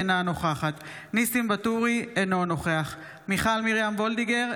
אינה נוכחת ניסים ואטורי - אינו נוכח מיכל מרים וולדיגר,